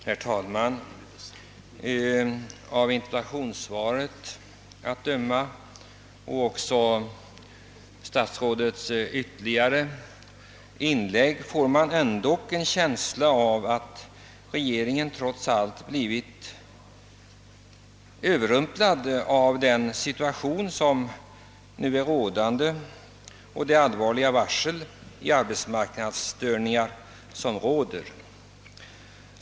Herr talman! Av interpellationssvaret och även av statsrådets ytterligare inlägg får man en känsla av att regeringen trots allt blivit överrumplad av den situation som råder och av det allvarliga varsel som störningarna på arbetsmarknaden ger.